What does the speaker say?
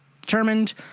determined